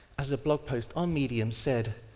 as a blog post on medium said,